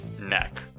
neck